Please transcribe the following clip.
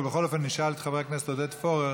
אבל בכל זאת נשאל את חבר הכנסת עודד פורר